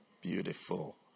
Beautiful